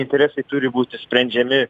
interesai turi būti sprendžiami